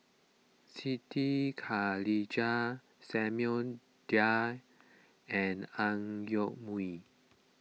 Siti Khalijah Samuel Dyer and Ang Yoke Mooi